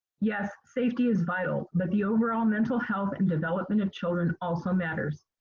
yes, safety is vital, but the overall mental health and development of children also matters.